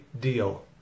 deal